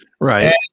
right